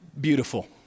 beautiful